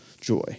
joy